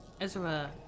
Ezra